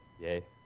Yay